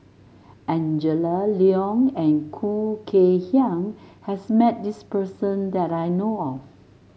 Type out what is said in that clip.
Angela Liong and Khoo Kay Hian has met this person that I know of